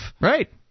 Right